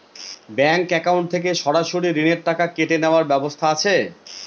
Bank account থেকে সরাসরি ঋণের টাকা কেটে নেওয়ার ব্যবস্থা আছে?